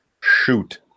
shoot